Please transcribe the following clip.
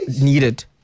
needed